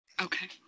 Okay